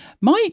Mike